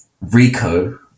rico